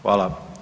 Hvala.